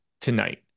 tonight